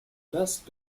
best